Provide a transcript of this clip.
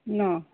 ना